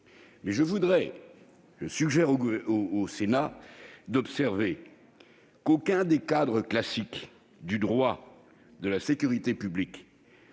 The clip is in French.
légitime. Néanmoins, je suggère au Sénat d'observer qu'aucun des cadres classiques du droit de la sécurité publique,